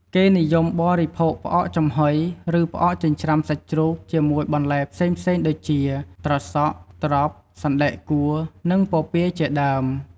គេនិយមបរិភោគផ្អកចំហុយ ឬ ផ្អកចិញ្ចាំ្រសាច់ជ្រូកជាមួយបន្លែផ្សេងៗដូចជា ត្រសក់ ត្រប់ សណ្តែកកួរ និងពពាយជាដើម។